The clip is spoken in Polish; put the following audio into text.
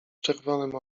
czerwonym